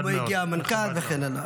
במקומו הגיע המנכ"ל, אכן.